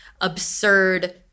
absurd